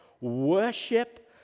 worship